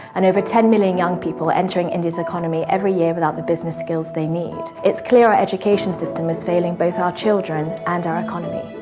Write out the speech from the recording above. and over ten million young people entering india's economy every year without the business skills they need, it's clear our education system is failing both our children and our economy.